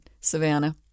Savannah